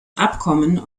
abkommen